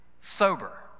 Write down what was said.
sober